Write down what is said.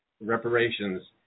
reparations